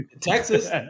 Texas